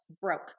broke